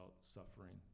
suffering